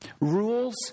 Rules